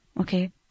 Okay